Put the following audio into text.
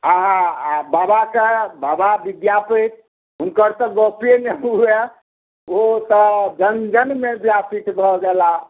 अहा आ बाबाके बाबा विद्यापति हुनकर तऽ गपे नहि हुए ओ तऽ जनजनमे व्यापित भऽ गेला